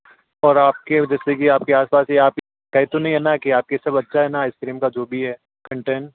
और आपके उधर जैसे कि आसपास है ये तो नहीं है ना की आपके सब अच्छा है ना आइस क्रीम का जो भी है कंटेंट